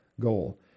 goal